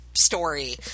Story